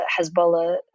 Hezbollah